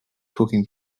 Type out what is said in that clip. cooking